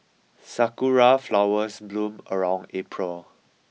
sakura flowers bloom around April